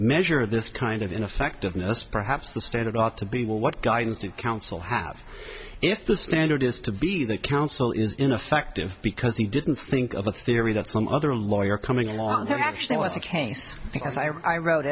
measure this kind of ineffectiveness perhaps the standard ought to be well what guidance do counsel have if the standard is to be that counsel is ineffective because he didn't think of a theory that some other lawyer coming along there actually was a case because i wrote